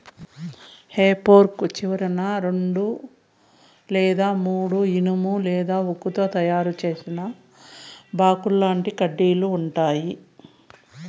హె fork చివరన రెండు లేదా మూడు ఇనుము లేదా ఉక్కుతో తయారు చేసిన బాకుల్లాంటి కడ్డీలు ఉంటాయి